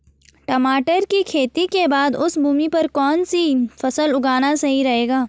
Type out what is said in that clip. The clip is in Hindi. टमाटर की खेती के बाद उस भूमि पर कौन सी फसल उगाना सही रहेगा?